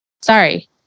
Sorry